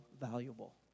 valuable